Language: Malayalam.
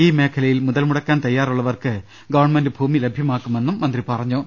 ഈ മേഖലയിൽ മുതൽ മുടക്കാൻ തയ്യാറുള്ളവർക്ക് ഗവൺമെന്റ് ഭൂമി ലഭ്യമാക്കുമെന്ന് മന്ത്രി പറഞ്ഞു